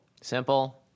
Simple